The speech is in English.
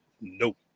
nope